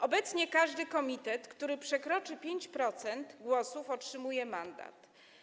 Obecnie każdy komitet, który przekroczy 5% głosów, otrzymuje mandat.